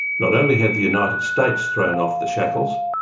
not only had the united states thrown off the shackles,